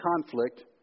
conflict